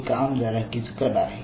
हे काम जरा किचकट आहे